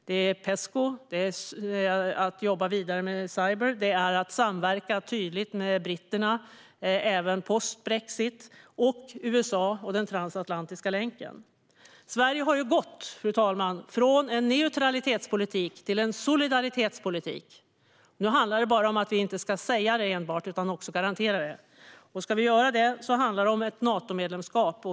Det handlar om Pesco, det handlar om att jobba vidare med Cyber, det handlar om att samverka tydligt med britterna även post-brexit och det handlar om USA och den transatlantiska länken. Fru talman! Sverige har ju gått från en neutralitetspolitik till en solidaritetspolitik. Nu handlar det bara om att vi inte enbart ska säga det utan också garantera det, och ska vi göra det handlar det om ett Natomedlemskap.